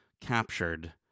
captured